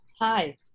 Hi